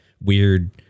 weird